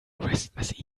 christmas